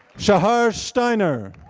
shahar sztainer